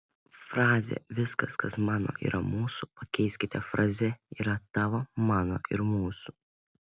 frazę viskas kas mano yra mūsų pakeiskite fraze yra tavo mano ir mūsų